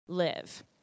live